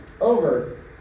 over